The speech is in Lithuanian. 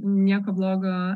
nieko blogo